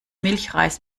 milchreis